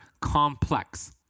Complex